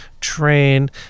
train